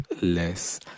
less